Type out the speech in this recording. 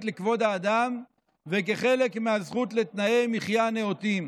לכבוד האדם וכחלק מהזכות לתנאי מחיה נאותים.